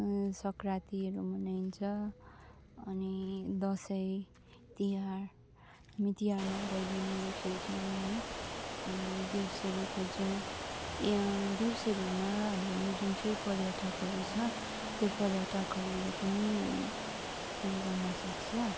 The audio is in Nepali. संक्रान्तिहरू मनाइन्छ अनि दसैँ तिहार हामी तिहारमा भैलिनीहरू खेल्छौँ है अनि देउसीहरू खेल्छौँ देउसीहरूमा हाम्रो जुन चाहिँ पर्यटकहरू छ त्यो पर्यटकहरूले पनि उयो गर्न सक्छ